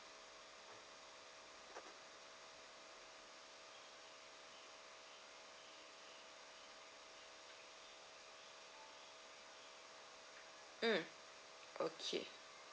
mm okay